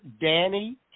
Danny